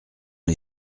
les